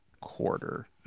quarter